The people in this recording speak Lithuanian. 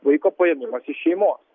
vaiko paėmimas iš šeimos